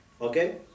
Okay